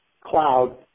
cloud